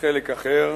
חלק אחר,